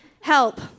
Help